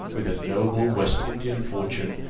with a noble west indian fortune,